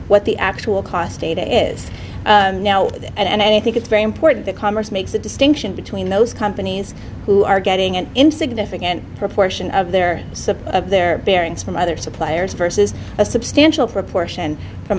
what the actual cost data is now and i think it's very important that congress makes a distinction between those companies who are getting an insignificant proportion of their of their bearings from other suppliers versus a substantial proportion from